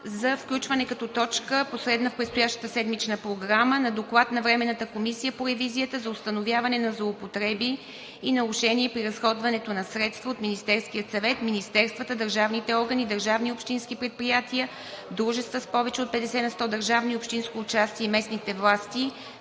за включване като последна точка в предстоящата седмична програма на Доклад на Временната комисия по ревизията за установяване на злоупотреби и нарушения при разходването на средства от Министерския съвет, министерствата, държавните органи, държавни общински предприятия, дружества с повече от петдесет на сто държавно и общинско участие и местните власти